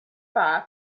far